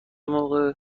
موقع